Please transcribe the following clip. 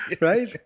right